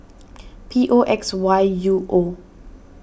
P O X Y U O